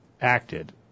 acted